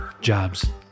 jobs